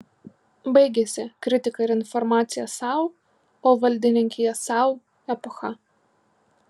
baigėsi kritika ir informacija sau o valdininkija sau epocha